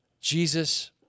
Jesus